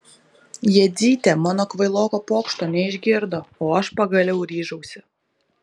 jadzytė mano kvailoko pokšto neišgirdo o aš pagaliau ryžausi